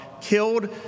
killed